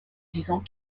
disant